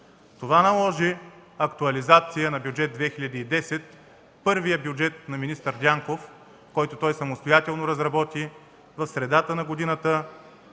Това наложи актуализация на Бюджет 2010 – първият бюджет на министър Дянков, който той самостоятелно разработи в средата на годината